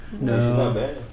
No